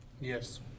Yes